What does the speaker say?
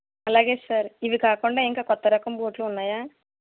అలాగే సార్ ఇవి కాకుండా ఇంకా కొత్త రకం బూట్లు ఉన్నాయా